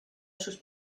sus